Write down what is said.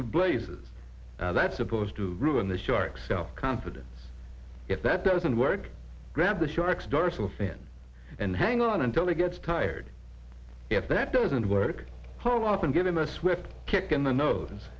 blazes that's supposed to ruin the shark self confidence if that doesn't work grab the sharks dorsal fin and hang on until he gets tired yet that doesn't work home often give him a swift kick in the nose